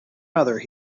mother